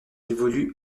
évolue